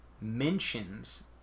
mentions